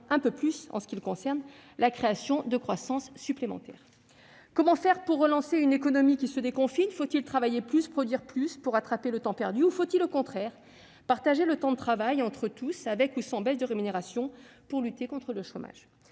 un peu plus, la création de croissance supplémentaire ». Comment faire pour relancer une économie qui se déconfine ? Faut-il travailler plus, produire plus, pour rattraper le temps perdu ? Faut-il, au contraire, partager le temps de travail entre tous, avec ou sans baisse de rémunération, pour lutter contre le chômage ?